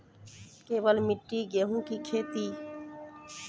केवल मिट्टी गेहूँ की खेती?